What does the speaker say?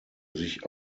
sich